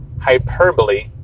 hyperbole